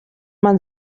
man